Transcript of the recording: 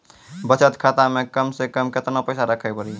बचत खाता मे कम से कम केतना पैसा रखे पड़ी?